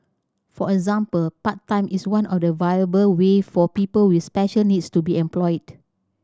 for example part time is one of the viable ways for people with special needs to be employed